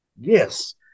Yes